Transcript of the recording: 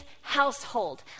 household